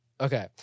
Okay